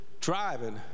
driving